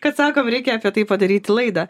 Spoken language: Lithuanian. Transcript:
kad sakom reikia apie tai padaryti laidą